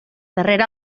darrera